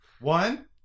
One